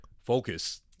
focus